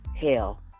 Hell